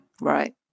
Right